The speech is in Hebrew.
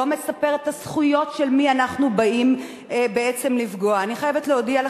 לא מספרת את הזכויות של מי שאנחנו באים לפגוע בהם.